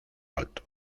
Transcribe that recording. alto